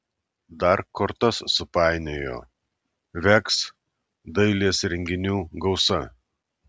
dar kortas supainiojo veks dailės renginių gausa